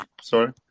sorry